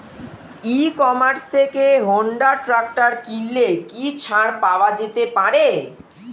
ই commerce থেকে Honda tractor কিনলে কি ছাড় পাওয়া যেতে পারে?